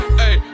hey